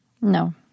No